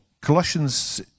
Colossians